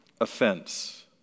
Offense